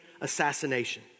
assassination